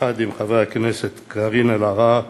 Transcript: יחד עם חברי הכנסת קארין אלהרר